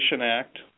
Act